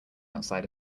outside